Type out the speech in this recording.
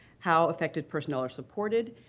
how affected personnel are supported,